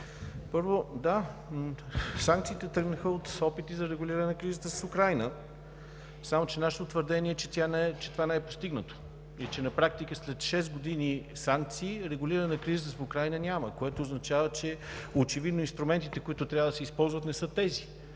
първо, да, санкциите тръгнаха от опити за регулиране на кризата с Украйна. Само че нашето твърдение е, че това не е постигнато и на практика след шест години на санкции няма регулиране на кризата с Украйна. Това очевидно означава, че инструментите, които трябва да се използват, не са тези.